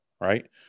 right